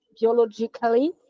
biologically